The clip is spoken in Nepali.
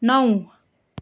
नौ